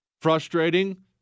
Frustrating